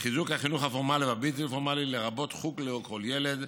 החינוך הפורמלי והבלתי-פורמלי, לרבות חוג לכל ילד,